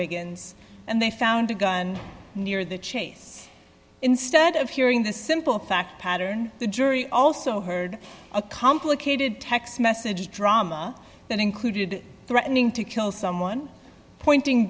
wiggins and they found a gun near the chase instead of hearing the simple fact pattern the jury also heard a complicated text message drama that included threatening to kill someone pointing